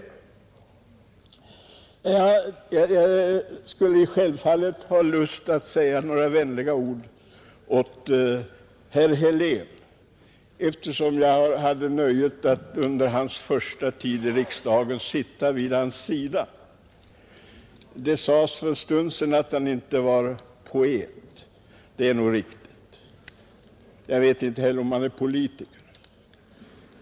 Jag skulle självfallet ha lust att säga några vänliga ord till herr Helén, eftersom jag hade nöjet att under hans första tid i riksdagen sitta vid hans sida. Det sades för en stund sedan att han inte var någon poet. Det är nog riktigt. Jag vet inte heller om han är politiker.